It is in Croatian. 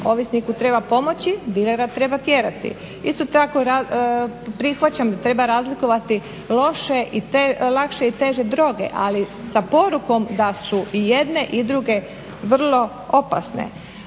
Ovisniku treba pomoći, dilera treba tjerati. Isto tako prihvaćam da treba razlikovati lakše i teže droge, ali sa porukom da su i jedne i druge vrlo opasne.